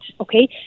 okay